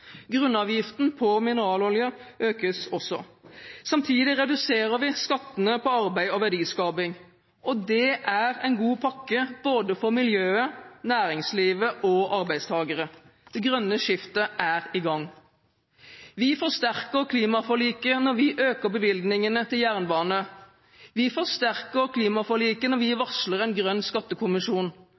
Grunnavgiften på mineralolje økes også. Samtidig reduserer vi skattene på arbeid og verdiskaping. Det er en god pakke for både miljøet, næringslivet og arbeidstakere. Det grønne skiftet er i gang. Vi forsterker klimaforliket når vi øker bevilgningene til jernbane. Vi forsterker klimaforliket når vi varsler en grønn skattekommisjon.